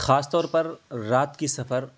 خاص طور پر رات کی سفر